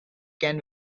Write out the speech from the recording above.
can